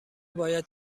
باید